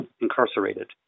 incarcerated